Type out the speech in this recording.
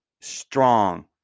strong